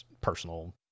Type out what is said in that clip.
personal